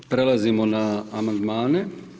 Prelazimo na amandmane.